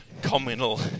communal